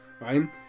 right